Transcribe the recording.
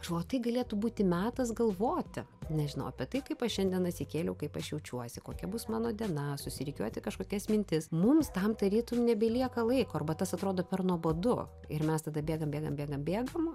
aš galvoju tai galėtų būti metas galvoti nežinau apie tai kaip aš šiandien atsikėliau kaip aš jaučiuosi kokia bus mano diena susirikiuoti kažkokias mintis mums tam tarytum nebelieka laiko arba tas atrodo per nuobodu ir mes tada bėgam bėgam bėgam bėgam